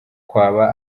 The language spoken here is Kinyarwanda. kwaba